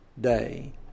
day